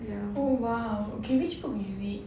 oh !wow! okay which book you read